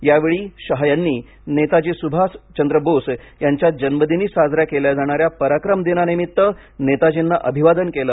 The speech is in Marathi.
यावेळी शहा यांनी नेताजी स्भाष बोस यांच्या जन्मदिनी साज या केल्या जाणा या पराक्रम दिनानिमित्त नेताजींना अभिवादन केलं